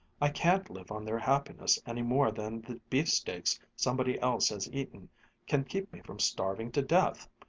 i can't live on their happiness any more than the beefsteaks somebody else has eaten can keep me from starving to death.